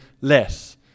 less